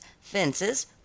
fences